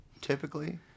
typically